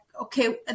okay